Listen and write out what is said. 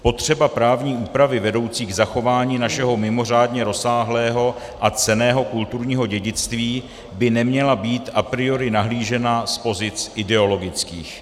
Potřeba právní úpravy vedoucí k zachování našeho mimořádně rozsáhlého a cenného kulturního dědictví by neměla být a priori nahlížena z pozic ideologických.